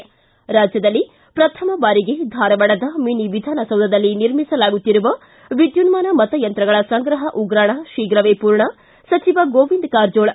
ಿ ರಾಜ್ದದಲ್ಲಿ ಪ್ರಥಮ ಬಾರಿಗೆ ಧಾರವಾಡದ ಮಿನಿ ವಿಧಾನಸೌಧದಲ್ಲಿ ನಿರ್ಮಿಸಲಾಗುತ್ತಿರುವ ವಿದ್ದುನ್ನಾನ ಮತ ಯಂತ್ರಗಳ ಸಂಗ್ರಹ ಉಗ್ರಾಣ ಶೀಘವೇ ಪೂರ್ಣ ಸಚಿವ ಗೋವಿಂದ್ ಕಾರಜೋಳ್